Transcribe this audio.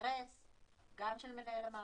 מחייב גם את אישורי,